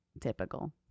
typical